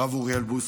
הרב אוריאל בוסו,